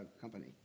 company